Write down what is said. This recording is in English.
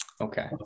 Okay